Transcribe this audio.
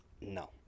No